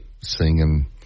singing